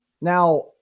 Now